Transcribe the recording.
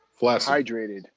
Hydrated